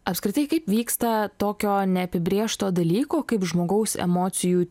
apskritai kaip vyksta tokio neapibrėžto dalyko kaip žmogaus emocijų